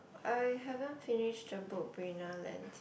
I haven't finished the book Brina lent